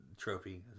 trophy